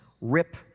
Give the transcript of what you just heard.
rip